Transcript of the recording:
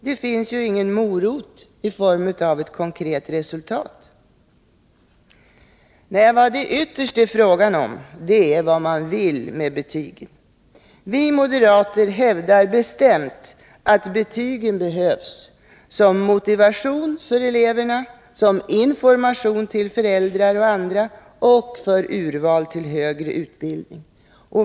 Det finns ju ingen morot i form av ett konkret resultat. Vad det ytterst är fråga om är vad man vill med betygen. Vi moderater hävdar bestämt att betygen behövs som motivation för eleverna, som information till föräldrar och andra och för urval till högre utbildning.